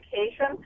education